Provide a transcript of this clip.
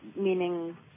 meaning